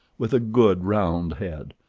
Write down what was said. with a good round head,